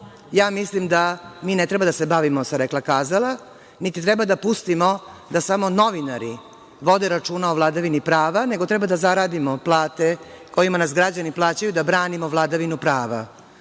Mislim da mi ne treba da se bavimo sa rekla-kazala, niti treba da pustimo da samo novinari vode računa o vladavini prava, nego treba da zaradimo plate kojima nas građani plaćaju da branimo vladavinu prava.